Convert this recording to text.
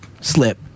slip